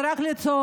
זה רק לצעוק,